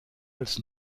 als